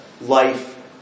life